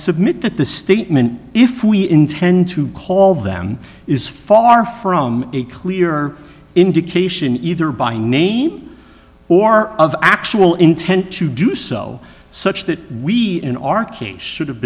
submit that the statement if we intend to call them is far from a clear indication either by name or of actual intent to do so such that we in our case should have